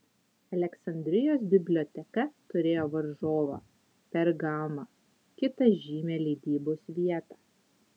aleksandrijos biblioteka turėjo varžovą pergamą kitą žymią leidybos vietą